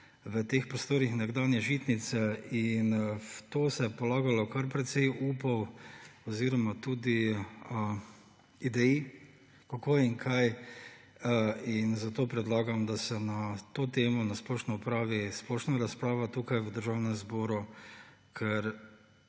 v teh prostorih nekdanje žitnice in v to se je polagalo kar precej upov oziroma tudi idej, kako in kaj. Zato predlagam, da se na to temo opravi splošna razprava tukaj v Državnem zboru, ker